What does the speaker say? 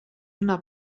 una